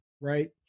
right